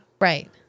Right